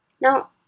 Now